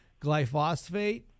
glyphosate